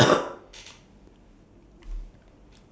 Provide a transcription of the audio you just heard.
ya drink only I I drank already